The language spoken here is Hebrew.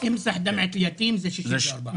זה אומר שהיא עברה את כל השלבים של רשם התאגידים.